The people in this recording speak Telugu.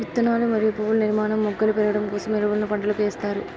విత్తనాలు మరియు పువ్వుల నిర్మాణం, మొగ్గలు పెరగడం కోసం ఎరువులను పంటలకు ఎస్తారు